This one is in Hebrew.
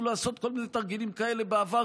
לעשות כל מיני תרגילים כאלה בעבר,